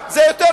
אף אחד לא רוצה,